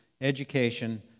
education